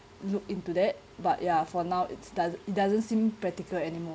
look into that but ya for now it's does it doesn't seem practical anymore